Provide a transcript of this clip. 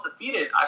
defeated